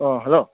ꯑꯣ ꯍꯜꯂꯣ